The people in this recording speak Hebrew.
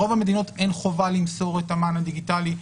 ברוב המדינות אין חובה למסור את המען הדיגיטלי.